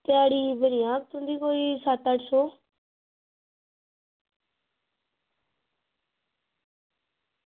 ध्याड़ी बनी जानी तुंदी कोई सत्त अट्ठ सौ